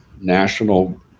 national